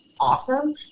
awesome